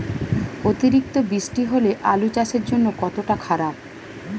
অতিরিক্ত বৃষ্টি হলে আলু চাষের জন্য কতটা খারাপ?